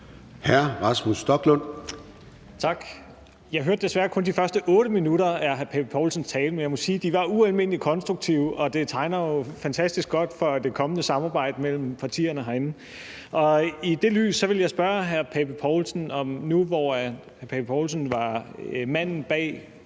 Jeg hørte desværre kun de første 8 minutter af hr. Søren Pape Poulsens tale, men jeg må sige, at de var ualmindelig konstruktive, og det tegner jo fantastisk godt for det kommende samarbejde mellem partierne herinde. I det lys vil jeg spørge hr. Søren Pape Poulsen, nu, hvor hr. Søren Pape Poulsen var manden bag